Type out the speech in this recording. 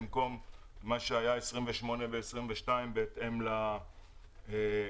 במקום מה שהיה 28 ו-22 בהתאם לתאונות.